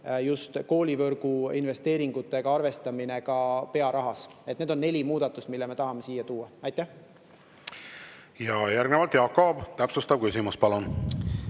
puhul koolivõrgu investeeringutega arvestamine. Need on neli muudatust, mille me tahame siia tuua. Järgnevalt Jaak Aab, täpsustav küsimus, palun!